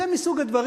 זה מסוג הדברים